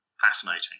fascinating